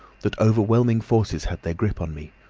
that overwhelming forces had their grip on me.